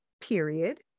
period